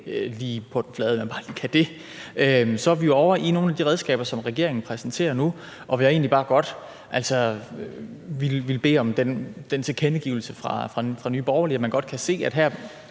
ikke på den flade hånd, at man bare lige kan det. Så er vi jo ovre i nogle af de redskaber, som regeringen præsenterer nu, og hvor jeg altså egentlig bare godt ville bede om den tilkendegivelse fra Nye Borgerlige, at man godt kan se, at her